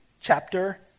chapter